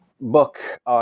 book